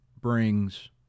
brings